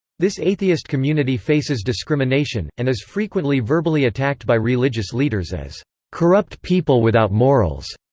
this atheist community faces discrimination, and is frequently verbally attacked by religious leaders as corrupt people without morals.